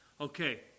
Okay